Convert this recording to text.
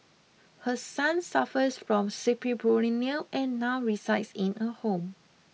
her son suffers from schizophrenia and now resides in a home